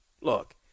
look